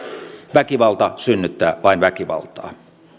väkivalta synnyttää vain väkivaltaa